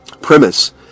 Premise